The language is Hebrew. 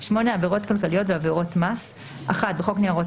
עבירות כלכליות ועבירות מס בחוק ניירות